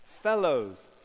Fellows